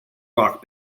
rock